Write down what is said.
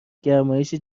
گرمایش